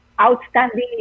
outstanding